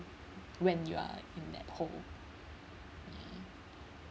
when you are in that hole ya